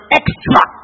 extra